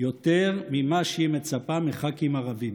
יותר ממה שהיא מצפה מח"כים ערבים.